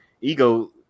Ego